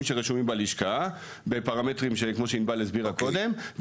שרשומים בלשכה בפרמטרים כמו שענבל הסבירה קודם.